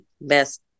best